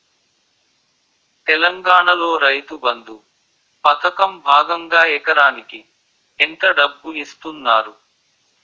తెలంగాణలో రైతుబంధు పథకం భాగంగా ఎకరానికి ఎంత డబ్బు ఇస్తున్నారు?